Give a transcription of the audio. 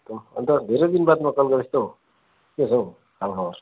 एकदम अन्त धेरै दिनबादमा कल गरिस् त हौ के छ हौ हालखबर